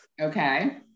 Okay